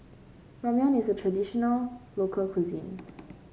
Ramyeon is a traditional local cuisine